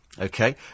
Okay